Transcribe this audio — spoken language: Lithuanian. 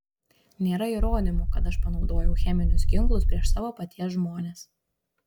nėra įrodymų kad aš panaudojau cheminius ginklus prieš savo paties žmones